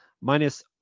Minus